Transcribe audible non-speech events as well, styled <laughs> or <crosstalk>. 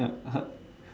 yeah <laughs>